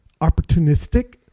opportunistic